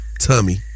tummy